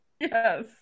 Yes